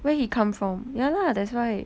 where he come from yeah lah that's why